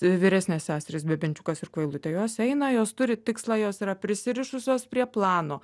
vyresnės seserys bebenčiukas ir kvailutė jos eina jos turi tikslą jos yra prisirišusios prie plano